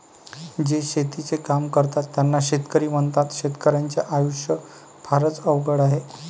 जे शेतीचे काम करतात त्यांना शेतकरी म्हणतात, शेतकर्याच्या आयुष्य फारच अवघड आहे